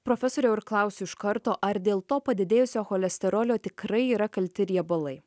profesoriau ir klausiu iš karto ar dėl to padidėjusio cholesterolio tikrai yra kalti riebalai